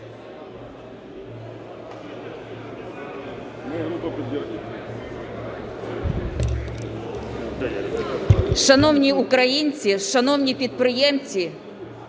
Шановні українці, шановні підприємці,